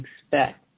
expect